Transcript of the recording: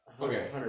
Okay